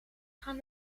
gaan